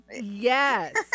Yes